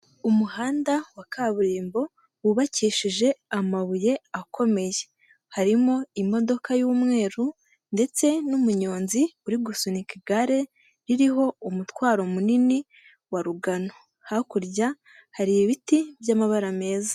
Umuhanda wa kaburimbo, wubakishije amabuye akomeye. Harimo imodoka y'umweru ndetse n'umunyonzi uri gusunika igare ririho umutwaro munini wa rugano. Hakurya hari ibiti by'amabara meza.